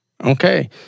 Okay